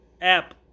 app